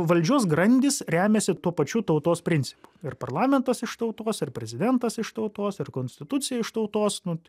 valdžios grandys remiasi tuo pačiu tautos principu ir parlamentas iš tautos ir prezidentas iš tautos ir konstitucija iš tautos nu